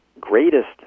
greatest